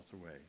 away